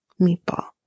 meatball